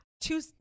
two